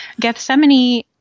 Gethsemane